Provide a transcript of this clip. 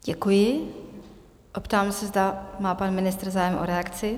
Děkuji a ptám se, zda má pan ministr zájem o reakci?